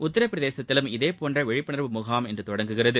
உத்த்ரபிரதேசத்திலும் இதேபோன்ற விழிப்புணர்வு முகாம் இன்று தொடங்குகிறது